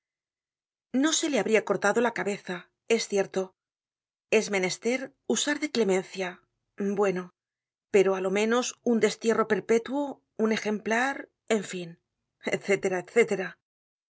no se le habria cortado la cabeza es cierto es menester usar de clemencia bueno pero á lo menos un destierro perpétuo un cjeiuplar en fin